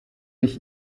ich